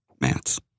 mats